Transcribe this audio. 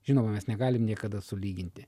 žinoma mes negalim niekada sulyginti